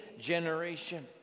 generation